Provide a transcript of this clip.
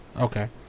Okay